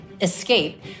escape